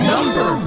Number